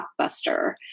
Blockbuster